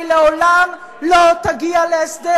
לעולם לא תגיע להסדר,